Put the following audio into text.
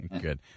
Good